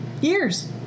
years